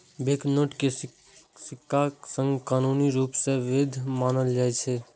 banknote कें सिक्काक संग कानूनी रूप सं वैध मानल जाइ छै